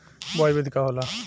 बुआई विधि का होला?